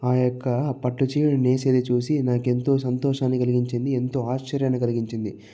ఆ యొక్క పట్టు చీరలు నేసేది చూసి నాకెంతో సంతోషాన్ని కలిగించింది ఎంతో ఆశ్చర్యాన్ని కలిగించింది